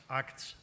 acts